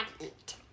eat